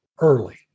early